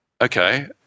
okay